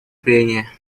прения